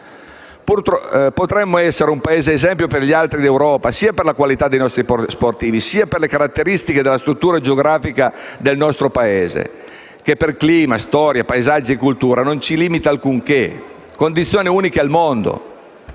Potremmo essere un Paese esempio per gli altri d'Europa, sia per la qualità dei nostri sportivi, sia per le caratteristiche della struttura geografica del nostro Paese, che per clima, storia, paesaggi e cultura, non ci limita in alcunché. Sono condizioni uniche al mondo.